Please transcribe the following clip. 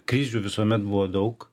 krizių visuomet buvo daug